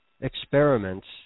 experiments